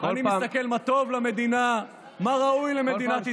אני מסתכל מה טוב למדינה, מה ראוי למדינת ישראל.